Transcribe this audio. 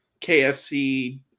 KFC